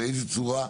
באיזו צורה?